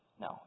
No